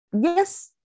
Yes